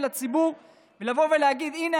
ולציבור חול בעיניים ולבוא ולהגיד: הינה,